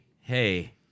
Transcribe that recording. hey